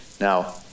now